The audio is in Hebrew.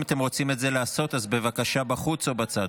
אם אתם רוצים את זה לעשות, אז בבקשה בחוץ או בצד.